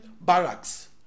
barracks